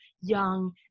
young